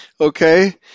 Okay